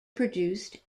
produced